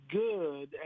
good